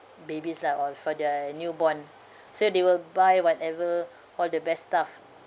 babies lah or for their newborn so they will buy whatever for the best stuff